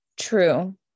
True